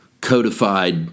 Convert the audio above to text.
codified